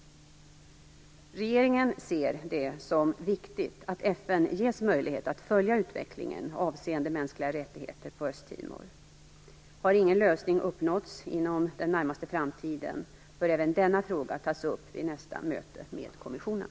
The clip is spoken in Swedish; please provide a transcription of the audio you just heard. Regeringen ser det som viktigt att FN ges möjlighet att följa utvecklingen avseende mänskliga rättigheter på Östtimor. Har ingen lösning uppnåtts inom den närmaste framtiden bör även denna fråga tas upp vid nästa möte med kommissionen.